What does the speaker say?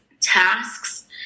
tasks